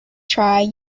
try